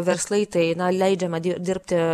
verslai tai na leidžiama dirbti